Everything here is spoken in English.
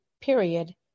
period